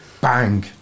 Bang